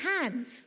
hands